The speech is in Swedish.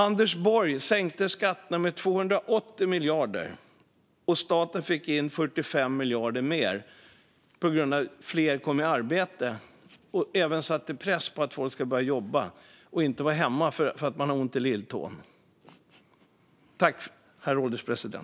Anders Borg sänkte skatterna med 280 miljarder kronor, och staten fick in 45 miljarder kronor mer på grund av att fler kom i arbete och att man även satte press på att folk skulle börja jobba och inte vara hemma för att de har ont i lilltån.